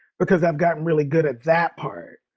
because i've gotten really good at that part.